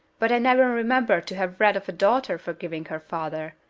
but i never remember to have read of a daughter forgiving her father.